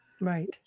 Right